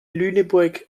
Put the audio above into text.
lüneburg